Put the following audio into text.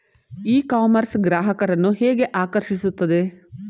E commerce ಗ್ರಾಹಕರನ್ನು ಹೇಗೆ ಆಕರ್ಷಿಸುತ್ತದೆ?